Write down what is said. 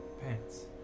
Pants